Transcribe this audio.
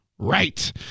Right